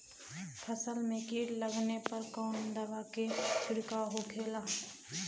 फसल में कीट लगने पर कौन दवा के छिड़काव होखेला?